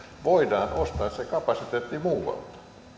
voidaan ostaa se kapasiteetti muualta